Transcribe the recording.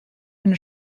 eine